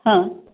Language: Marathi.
हां